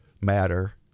matter